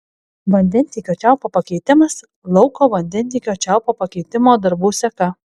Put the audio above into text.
vandentiekio čiaupo pakeitimas lauko vandentiekio čiaupo pakeitimo darbų seka